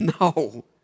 No